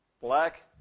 black